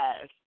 Yes